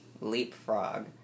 Leapfrog